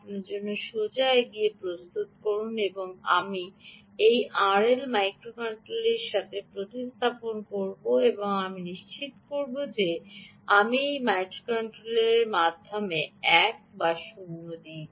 আপনার জন্য সোজা এগিয়ে প্রস্তুত করুন যে আমি এই আরএলকে মাইক্রোকন্ট্রোলারের সাথে প্রতিস্থাপন করব এবং আমি নিশ্চিত করব যে আমি এই মাইক্রোকন্ট্রোলারের মাধ্যমে 1 বা 0 দিই